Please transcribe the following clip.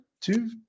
two